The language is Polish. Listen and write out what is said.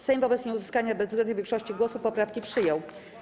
Sejm wobec nieuzyskania bezwzględnej większości głosów poprawki przyjął.